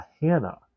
Hannah